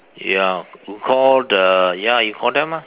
ya you call the ya you call them ah